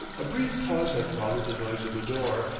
a brief pause had followed the noise of the door,